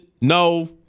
No